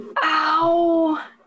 ow